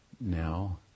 now